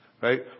right